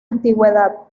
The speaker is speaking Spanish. antigüedad